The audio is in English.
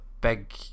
big